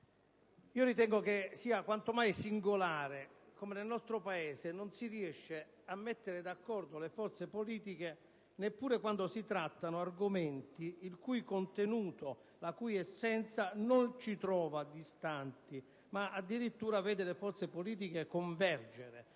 Ritengo sia quanto mai singolare che nel nostro Paese non si riesca a mettere d'accordo le forze politiche neppure quando si trattano argomenti il cui contenuto, la cui essenza, non solo non le trova distanti ma addirittura le vede convergenti.